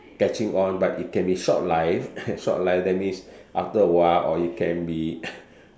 catching on but it can be shortlived shortlived that means after a while or it can be